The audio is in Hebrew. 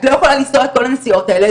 את לא יכולה לנסוע את כל הנסיעות האלה,